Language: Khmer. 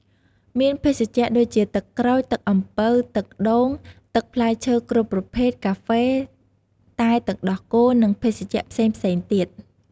មានភេសជ្ជៈ ដូចជាទឹកក្រូច ទឹកអំពៅ ទឹកដូង ទឹកផ្លែឈើគ្រប់ប្រភេទ កាហ្វេ តែទឹកដោះគោ និងភេសជ្ជៈផ្សេងៗទៀត។